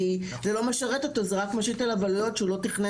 כי זה לא משרת אותו ואלה עלויות שהוא לא תכנן